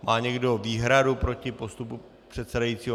Má někdo výhradu proti postupu předsedajícího?